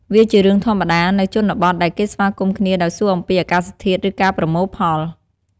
វាជារឿងធម្មតា នៅជនបទ ដែលគេស្វាគមន៍គ្នាដោយសួរអំពីអាកាសធាតុ ឬការប្រមូលផល។